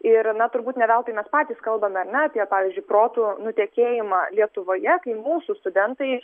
ir na turbūt ne veltui mes patys kalbame ar ne apie pavyzdžiui protų nutekėjimą lietuvoje kai mūsų studentai